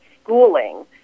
schooling